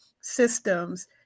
systems